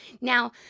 Now